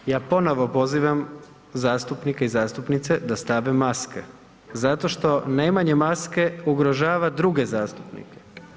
Ja ponovo pozivam zastupnike i zastupnice da stave maske zato što nemanjem maske, ugrožava druge zastupnike.